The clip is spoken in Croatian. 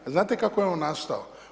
A znate kako je on nastao?